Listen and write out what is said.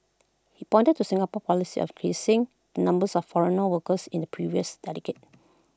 he pointed to Singapore's policy of increasing the numbers of foreigner workers in the previous dedicate